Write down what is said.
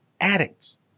addicts